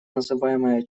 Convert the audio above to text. называемая